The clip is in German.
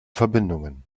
verbindungen